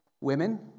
Women